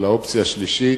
על האופציה השלישית,